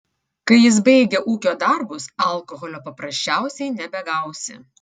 kai jis baigia ūkio darbus alkoholio paprasčiausiai nebegausi